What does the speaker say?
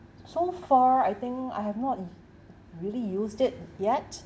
so far I think I have not really used it yet